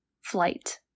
Flight